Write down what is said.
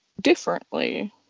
differently